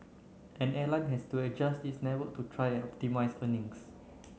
an airline has to adjust its network to try and optimise earnings